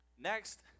Next